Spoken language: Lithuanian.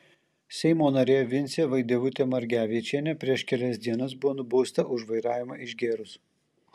seimo narė vincė vaidevutė margevičienė prieš kelias dienas buvo nubausta už vairavimą išgėrus